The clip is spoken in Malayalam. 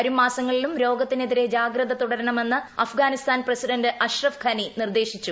വരും മാസങ്ങളിലും രോഗത്തിനെതിരെ ജാഗ്രത തുടരണമെന്ന് അഫ്ഗാനിസ്ഥാൻ പ്രസിഡന്റ് അഷ്റഫ് ഘനി നിർദ്ദേശിച്ചു